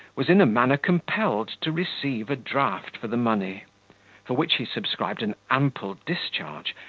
was in a manner compelled to receive a draft for the money for which he subscribed an ample discharge,